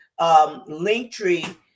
Linktree